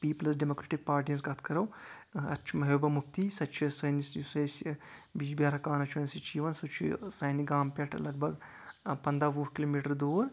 Peoples democratic party ہنٛز کَتھ کَرو اَتھ چھ محبوبہ مفتی سۄ تہِ چھ سٲنِس یُس اَسہِ بجبہارا کانسٹیچونسی چھ یِوان سُہ چھُ سانہِ گامہٕ پٮ۪ٹھ لگ بگ پَنٛداہ وُہہ کِلومیٖٹر دوٗر